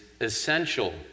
essential